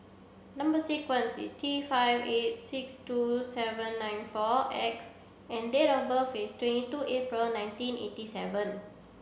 number sequence is T five eight six two seven nine four X and date of birth is twenty two April nineteen eighty seven